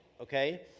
Okay